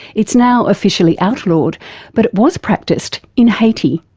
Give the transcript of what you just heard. it's now officially outlawed but it was practised in haiti.